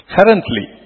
Currently